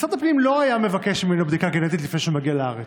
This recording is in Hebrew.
משרד הפנים לא היה מבקש ממנו בדיקה גנטית לפני שהוא מגיע לארץ,